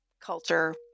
culture